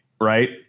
right